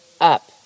up